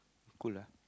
cool ah